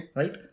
right